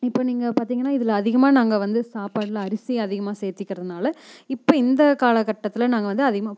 இப்போது நீங்கள் பார்த்தீங்கன்னா இதில் அதிகமாக நாங்கள் வந்து சாப்பாடில் அரிசி அதிகமாக சேர்த்திக்கிறதுனால இப்போ இந்த காலகட்டத்தில் நாங்கள் வந்து அதிகமாக